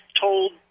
told